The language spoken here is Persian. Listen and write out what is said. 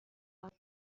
یاد